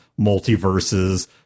multiverses